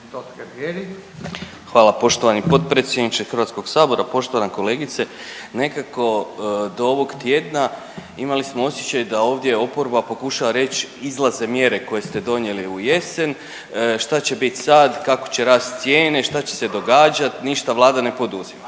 Hvala poštovani potpredsjedniče HS. Poštovana kolegice, nekako do ovog tjedna imali smo osjećaj da ovdje oporba pokušava reć izlaze mjere koje ste donijeli u jesen, šta će bit sad, kako će rast cijene, šta će se događat, ništa Vlada ne poduzima.